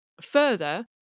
Further